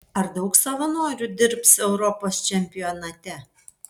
ar daug savanorių dirbs europos čempionate